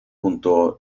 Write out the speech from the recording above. junto